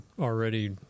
already